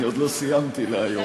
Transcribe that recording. אני עוד לא סיימתי להיום.